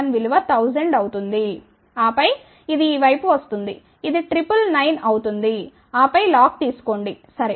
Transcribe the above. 001 విలువ 1000 అవుతుంది ఆపై ఇది ఈ వైపు వస్తుంది ఇది ట్రిపుల్ 9 అవుతుంది ఆపై లాగ్ తీసుకోండి సరే